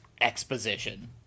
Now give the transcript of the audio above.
exposition